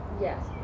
yes